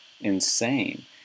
insane